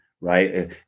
right